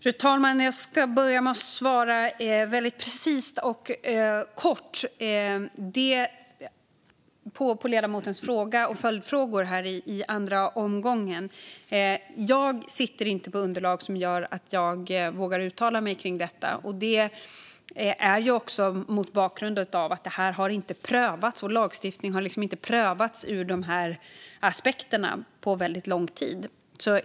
Fru talman! Jag ska börja med att svara precist och kort på ledamotens fråga och följdfrågor här i den andra omgången. Jag sitter inte på underlag som gör att jag vågar uttala mig om detta, detta mot bakgrund av att det här inte har prövats. Vår lagstiftning har inte prövats ur de aspekterna på väldigt lång tid.